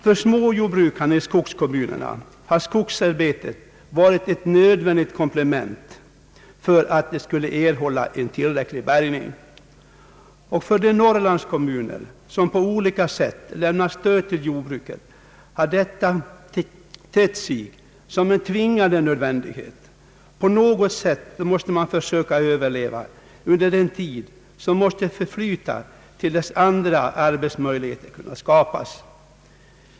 För småjordbrukarna i skogskommunerna har skogsarbetet varit ett nödvändigt komplement för att de skulle erhålla en tillräcklig bärgning. För de Norrlandskommuner som på olika sätt lämnat stöd till jordbruket har detta tett sig som en tvingande nödvändighet. På något sätt måste man försöka överleva under den tid som måste förflyta till dess andra arbetsmöjligheter kunnat skapas.